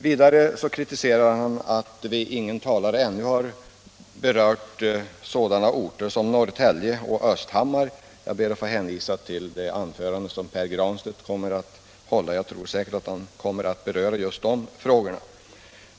Vidare kritiserade herr Fagerlund att ingen talare ännu nämnt sådana orter som Norrtälje och Östhammar. Jag ber att få hänvisa till det anförande som herr Granstedt kommer att hålla. Jag tror att han kommer att tala om just dessa orter.